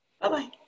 Bye-bye